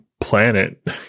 planet